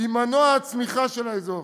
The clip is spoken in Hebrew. היא מנוע הצמיחה של האזור.